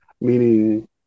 meaning